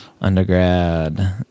undergrad